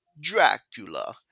Dracula